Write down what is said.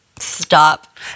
Stop